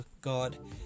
God